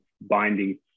binding